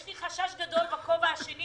יש לי חשש גדול בכובעי השני,